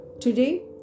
Today